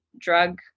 drug